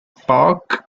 park